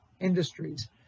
industries